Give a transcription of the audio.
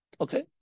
Okay